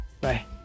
Bye